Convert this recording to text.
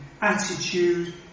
attitude